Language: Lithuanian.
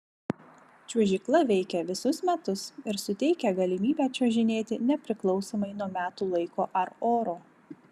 čiuožykla veikia visus metus ir suteikia galimybę čiuožinėti nepriklausomai nuo metų laiko ar oro